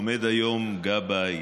עומד היום גבאי